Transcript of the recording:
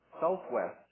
southwest